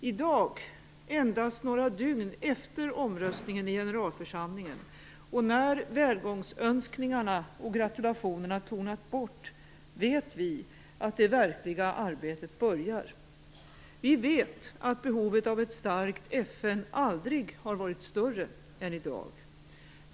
I dag - endast några dygn efter omröstningen i generalförsamlingen och när välgångsönskningarna och gratulationerna tonat bort - vet vi att det verkliga arbetet börjar. Vi vet att behovet av ett starkt FN aldrig varit större än i dag.